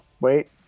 wait